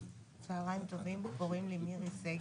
צהריים טובים, קוראים לי מירי שגב,